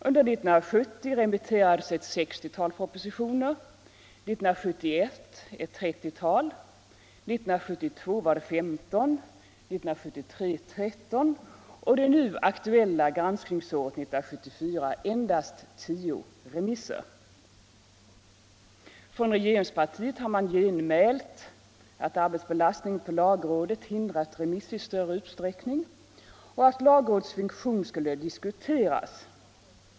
Under 1970 remitterades ett sextiotal propositioner, 1971 ett trettiotal, 1972 var det 15, 1973 var det 13 och det nu aktuella granskningsåret, 1974, endast 10. Från regeringspartiet har man genmält att arbetsbelastningen på lagrådet hindrat remiss i större utsträckning och att lagrådets funktion skulle diskuteras.